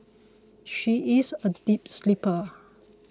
she is a deep sleeper